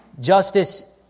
Justice